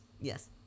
yes